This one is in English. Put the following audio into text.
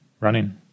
running